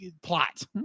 plot